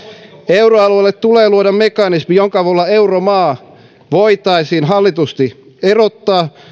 euroalueelle tulee luoda mekanismi jonka avulla euromaa voitaisiin hallitusti erottaa